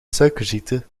suikerziekte